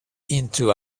into